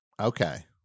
Okay